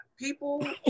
People